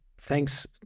Thanks